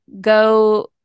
go